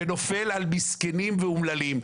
ונופל על מסכנים ואומללים,